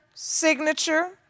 signature